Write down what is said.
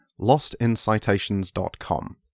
lostincitations.com